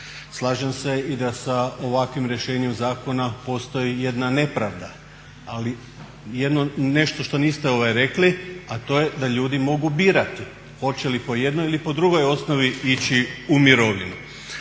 Slažem se i da sa ovakvim rješenjem zakona postoji jedna nepravda ali nešto što niste rekli a to je da ljudi mogu birati hoće li po jednoj ili po drugoj osnovi ići u mirovinu.